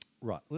Right